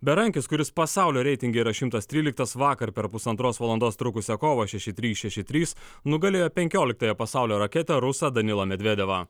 berankis kuris pasaulio reitinge yra šimtas tryliktas vakar per pusantros valandos trukusią kovą šeši trys šeši trys nugalėjo penkioliktąją pasaulio raketę rusą danilą medvedevą